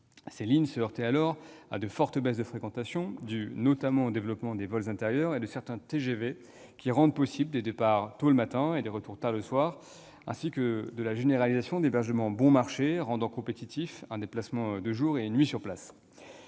Ces lignes se heurtaient alors à de fortes baisses de fréquentation, dues, notamment, au développement des vols intérieurs et de certains TGV, qui rendent possibles des départs tôt le matin et des retours tard le soir, ainsi que de la généralisation d'hébergements bon marché rendant compétitifs un déplacement de jour et une nuit sur place.